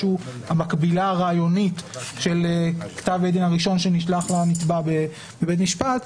שהוא המקבילה הרעיונית של כתב בית דין הראשון שנשלח לנתבע בבית משפט,